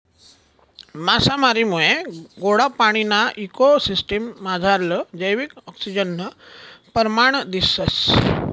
मासामारीमुये गोडा पाणीना इको सिसटिम मझारलं जैविक आक्सिजननं परमाण दिसंस